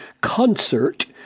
concert